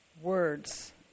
Words